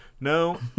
No